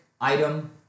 item